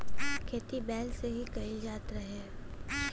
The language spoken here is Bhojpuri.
खेती बैल से ही कईल जात रहे